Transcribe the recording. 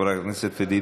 חברת הכנסת פדידה.